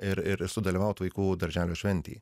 ir ir sudalyvaut vaikų darželio šventėj